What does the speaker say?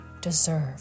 deserve